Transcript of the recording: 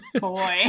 Boy